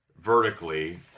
vertically